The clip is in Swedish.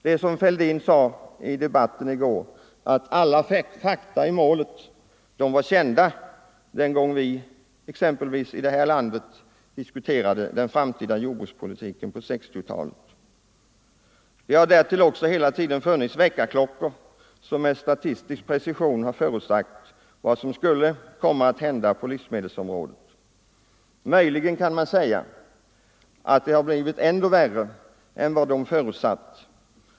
Det är som herr Fälldin sade i debatten i går — alla fakta i målet var kända den gången vi i detta land diskuterade den framtida jordbrukspolitiken under 1960-talet. Det har också hela tiden funnits väckarklockor, som med statistisk precision förutsagt vad som skulle komma att hända på livsmedelsområdet. Möjligen kan man säga att det blivit ännu värre än man förutsagt.